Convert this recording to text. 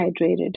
hydrated